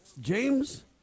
James